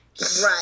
Right